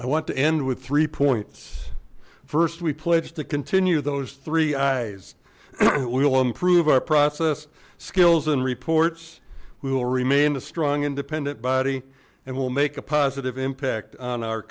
i want to end with three points first we pledge to continue those three eyes we will improve our process skills and reports we will remain a strong independent body and will make a positive impact on our